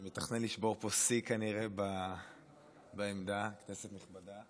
שכנראה מתכנן לשבור פה שיא בעמדה, כנסת נכבדה,